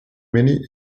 many